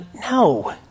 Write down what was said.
no